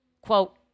quote